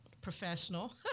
professional